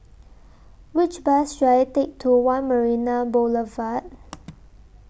Which Bus should I Take to one Marina Boulevard